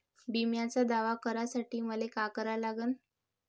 बिम्याचा दावा करा साठी मले का करा लागन?